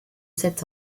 sept